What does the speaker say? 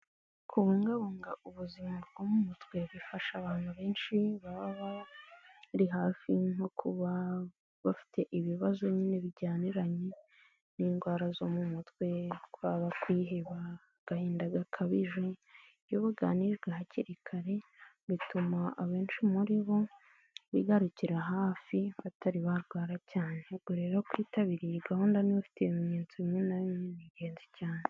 Kubungabunga ubuzima bw'umutwe bifasha abantu benshi baba bari hafi nko kuba bafite ibibazo binini bijyaniranye n'indwara zo mu mutwe kwaba kwiyiheba, agahinda gakabije ,bituma abenshi muribo bigarukira hafi batari barwara cyane ariko rero kwitabiriye iyi gahunda n'ufite ibimenyetso bimwe na bimwe ni ingenzi cyane.